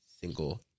single